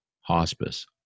hospice